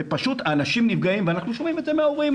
פשוט אנשים נפגעים ואנחנו שומעים את זה מההורים,